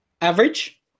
average